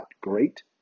great